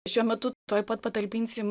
šiuo metu tuoj pat patalpinsim